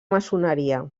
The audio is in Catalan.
maçoneria